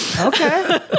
Okay